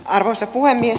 arvoisa puhemies